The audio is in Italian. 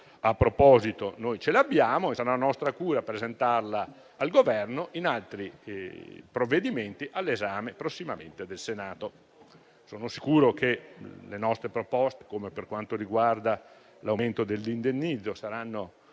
in proposito ce l'abbiamo e sarà nostra cura presentarla al Governo in altri provvedimenti prossimamente all'esame del Senato. Sono sicuro che le nostre proposte, come quella riguardante l'aumento dell'indennizzo, saranno